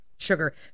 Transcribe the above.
sugar